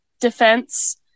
defense